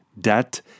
debt